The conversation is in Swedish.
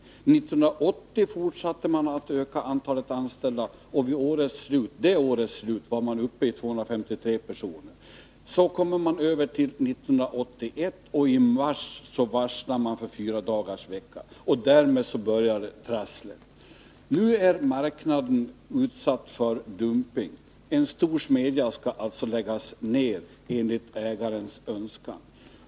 1980 fortsatte man att öka antalet anställda, och vid det årets slut var man uppe i 253 personer. Så kommer vi över till 1981, och i mars varslade man om fyradagarsvecka. Därmed börjar trasslet. Nu är marknaden utsatt för dumping. En stor smedja skall alltså läggas ned enligt ägarens önskan.